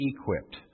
equipped